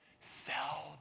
Sell